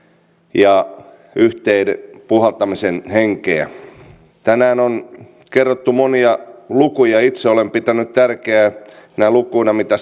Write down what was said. ja yhteen puhaltamisen henkeä tänään on kerrottu monia lukuja itse olen pitänyt tärkeinä lukuina mitä